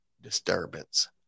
disturbance